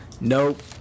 Nope